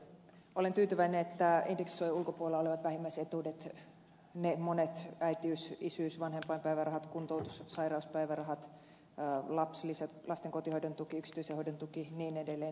olen tyytyväinen että indeksisuojan ulkopuolella olevat vähimmäisetuudet ne monet äitiys isyys vanhempainpäivärahat kuntoutus ja sairauspäivärahat lapsilisät lasten kotihoidon tuki yksityisen hoidon tuki ja niin edelleen